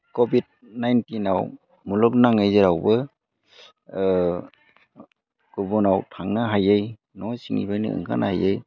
Covid नाइन्टिनाव मुलुगाङै जेरावबो गुबुनाव थांनो हायै न' सिंनिफ्रायनो ओंखारनो हायै